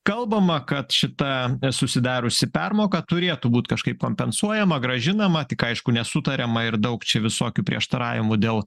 kalbama kad šita susidariusi permoka turėtų būt kažkaip kompensuojama grąžinama tik aišku nesutariama ir daug čia visokių prieštaravimų dėl